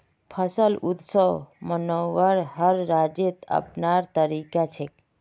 फसल उत्सव मनव्वार हर राज्येर अपनार तरीका छेक